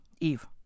Eve